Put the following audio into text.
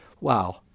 wow